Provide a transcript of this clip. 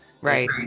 Right